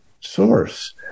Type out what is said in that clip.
source